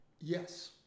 Yes